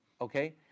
okay